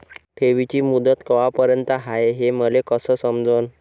ठेवीची मुदत कवापर्यंत हाय हे मले कस समजन?